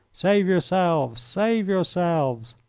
save yourselves! save yourselves!